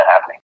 happening